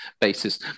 basis